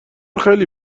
خیلی